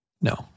No